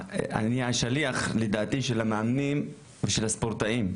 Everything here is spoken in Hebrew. לדעתי השליח של המאמנים ושל הספורטאים.